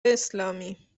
اسلامی